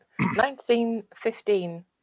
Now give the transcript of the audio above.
1915